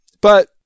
But-